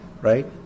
right